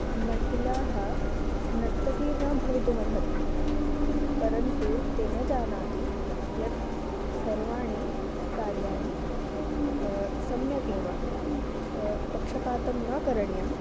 महिलाः नर्तक्यः न भवितुमर्हन्ति परन्तु ते न जानान्ति यत् सर्वाणि कार्याणि सम्यक् एव पक्षपातं न करणीयम्